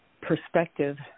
perspective